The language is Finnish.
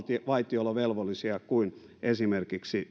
vaitiolovelvollisia kuin esimerkiksi